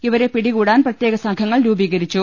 ഇവരെ പിടികൂടാൻ പ്രത്യേക സംഘങ്ങൾ രൂപീകരിച്ചു